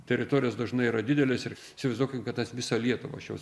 teritorijos dažnai yra didelės ir įsivaizduokim kad tas visa lietuvą šios